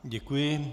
Děkuji.